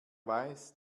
weiß